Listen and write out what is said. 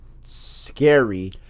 scary